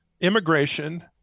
Immigration